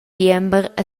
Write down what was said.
diember